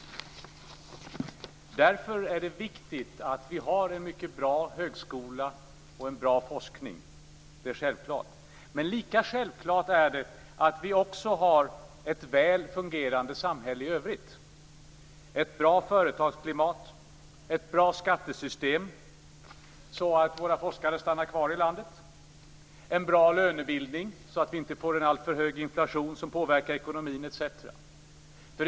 Därför är det viktigt att vi har en mycket bra högskola och en bra forskning. Detta är självklart. Lika självklart är det att vi har ett väl fungerande samhälle i övrigt, att vi har ett bra företagsklimat, ett bra skattesystem så att våra forskare stannar kvar i landet, en bra lönebildning så att vi inte får en alltför hög inflation som påverkar ekonomin etc.